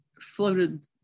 floated